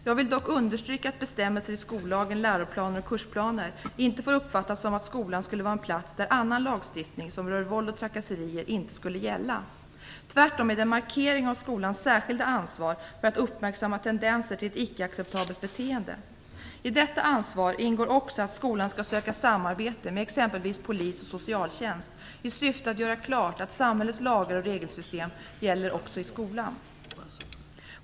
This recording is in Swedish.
Jag vill dock understryka att bestämmelser i skollagen, läroplaner och kursplaner inte får uppfattas som om skolan skulle vara en plats där annan lagstiftning som rör våld och trakasserier inte skulle gälla. Tvärtom är det en markering av skolans särskilda ansvar för att uppmärksamma tendenser till ett icke acceptabelt beteeende. I detta ansvar ingår också att skolan skall söka samarbete med exempelvis polis och socialtjänst, i syfte att göra klart att samhällets lagar och regelsystem gäller också i skolan.